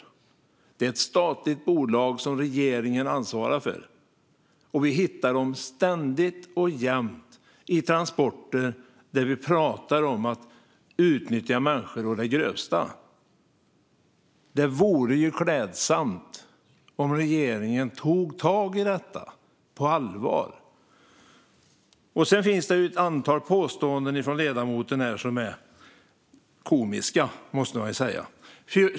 Postnord är ett statligt bolag som regeringen ansvarar för, och vi hittar dem ständigt och jämt i samband med transporter där det pratas om att människor utnyttjas å det grövsta. Det vore ju klädsamt om regeringen tog tag i detta på allvar. Det finns ett antal påståenden från ledamoten som är komiska, måste man säga.